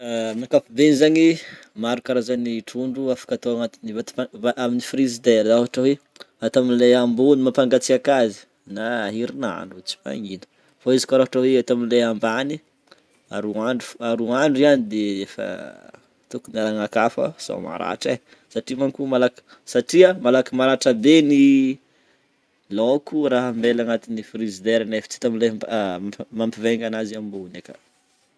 Amin'ny ankapobeny zany maro karahazan'ny trondro afaka atoa agnaty vata famp- amy frigidaire ôhatra hoe ato aminle ambony mampagasiaka azy na herinandro io tsy magnino, fô izy ko ato amin'ny le ambany de aroa andro fogna- roa andro ihany de efa tokony alana ako fa sô maratra e, satria manko- satria malaky maratra bé ny laoko ra ambela agnaty frigidaire nefa tsy ato amin'ny le mampivegnana ananzy ambony aka.